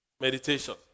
Meditation